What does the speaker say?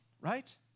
right